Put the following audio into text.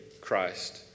Christ